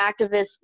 activists